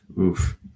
oof